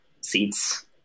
seats